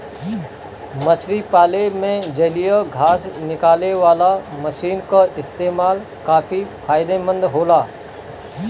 मछरी पाले में जलीय घास निकालेवाला मशीन क इस्तेमाल काफी फायदेमंद होला